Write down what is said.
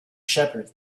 shepherd